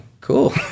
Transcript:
cool